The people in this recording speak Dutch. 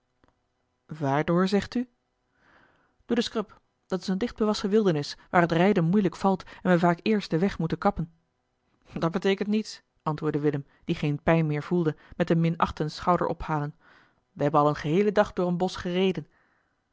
waardoor zegt u door de scrub dat is een dichtbewassen wildernis waar het rijden moeilijk valt en we vaak eerst den weg moeten kappen dat beteekent niets antwoorde willem die geen pijn meer voelde met een minachtend schouderophalen we hebben al een geheelen dag door een bosch gereden